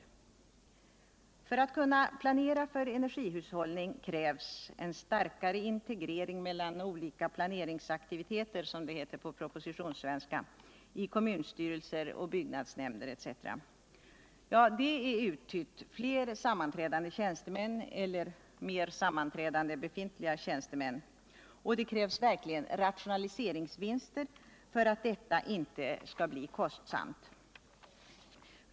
För att kommunerna skall kunna planera för energihushållning krävs en starkare integrering mellan olika planeringsaktiviteter — som det heter på propositionssvenska — i kommunstyrelser, byggnadsnämnder etc. Det är uttytt: fler sammanträdande tjänstemän eller mera sammanträdande befintliga tjänstemän, och det krävs verkligen rationaliseringsvinster för att detta inte skall bli kostsamt.